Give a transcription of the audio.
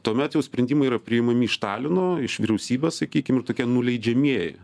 tuomet jau sprendimai yra priimami iš talino iš vyriausybės sakykim ir tokie nuleidžiamieji